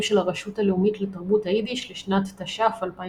של הרשות הלאומית לתרבות היידיש לשנת תש"ף-2020.